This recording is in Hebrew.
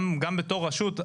גם בתור רשות,